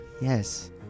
yes